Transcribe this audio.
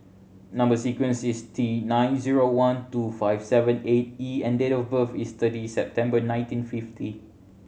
number sequence is T nine zero one two five seven eight E and date of birth is thirty September nineteen fifty